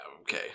Okay